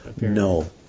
No